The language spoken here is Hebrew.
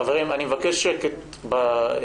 חברים, אני מבקש שקט באולם.